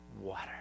water